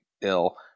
ill